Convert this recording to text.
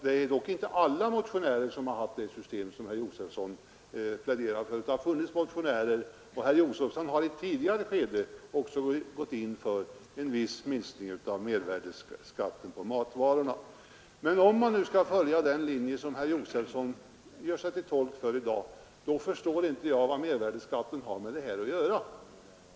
Det är dock inte alla motionärer som föreslagit det system som herr Josefson pläderar för. Det har funnits motionärer som gått in för — det har också herr Josefson gjort i ett tidigare skede — en viss sänkning av mervärdeskatten på matvarorna. Om man nu skall följa den linje herr Josefson förordar i dag, så förstår jag inte vad mervärdeskatten har med saken att göra.